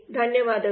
ಧನ್ಯವಾದಗಳು